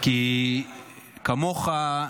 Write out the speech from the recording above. כי כמוך,